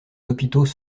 hôpitaux